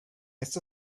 esta